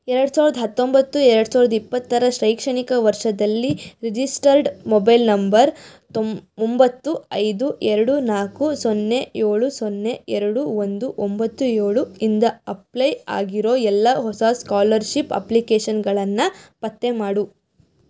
ಎರಡು ಸಾವಿರದ ಹತ್ತೊಂಬತ್ತು ಎರಡು ಸಾವಿರದ ಇಪ್ಪತ್ತರ ಶೈಕ್ಷಣಿಕ ವರ್ಷದಲ್ಲಿ ರಿಜಿಸ್ಟರ್ಡ್ ಮೊಬೈಲ್ ನಂಬರ್ ತೊಂಬ್ ಒಂಬತ್ತು ಐದು ಎರಡು ನಾಲ್ಕು ಸೊನ್ನೆ ಏಳು ಸೊನ್ನೆ ಎರಡು ಒಂದು ಒಂಬತ್ತು ಏಳು ಇಂದ ಅಪ್ಲೈ ಆಗಿರೋ ಎಲ್ಲಾ ಹೊಸ ಸ್ಕಾಲರ್ಷಿಪ್ ಅಪ್ಲಿಕೇಷನ್ಗಳನ್ನು ಪತ್ತೆ ಮಾಡು